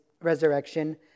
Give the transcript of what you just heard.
resurrection